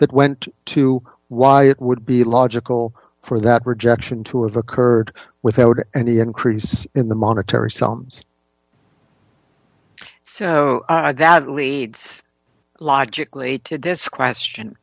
that went to why it would be logical for that rejection to have occurred without any increase in the monetary psalms so i doubt it leads logically to this question